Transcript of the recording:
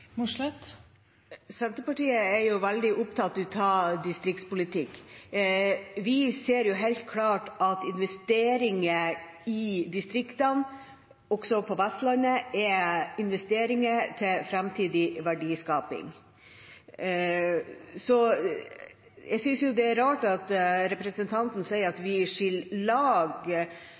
Senterpartiet er veldig opptatt av distriktspolitikk. Vi ser helt klart at investeringer i distriktene, også på Vestlandet, er investeringer i framtidig verdiskaping. Jeg synes det er rart at representanten sier at vi skiller lag,